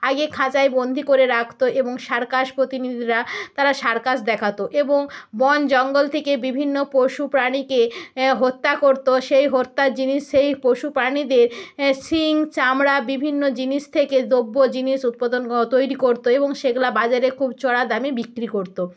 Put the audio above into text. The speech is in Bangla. আগে খাঁচায় বন্দি করে রাখতো এবং সার্কাস প্রতিনিধিরা তারা সার্কাস দেখাতো এবং বন জঙ্গল থেকে বিভিন্ন পশু প্রাণীকে হত্যা করতো সেই হত্যার জিনিস সেই পশু প্রাণীদের শিং চামড়া বিভিন্ন জিনিস থেকে দ্রব্য জিনিস উৎপাদন হতো তৈরী করতো এবং সেগুলো বাজারে খুব চড়া দামে বিক্রি করতো